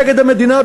נגד המדינה,